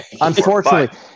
unfortunately